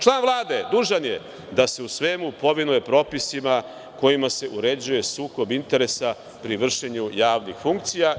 Član Vlade je dužan da se u svemu povinuje propisima kojima se uređuje sukob interesa pri vršenju javnih funkcija.